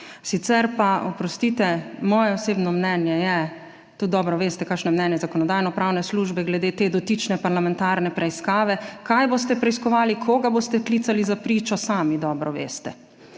Sicer pa, oprostite, moje osebno mnenje je, tudi dobro veste, kakšno je mnenje Zakonodajno-pravne službe glede te dotične parlamentarne preiskave, kaj boste preiskovali, koga boste klicali za pričo, sami dobro veste.